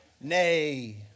Nay